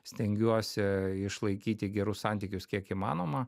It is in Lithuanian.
stengiuosi išlaikyti gerus santykius kiek įmanoma